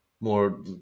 more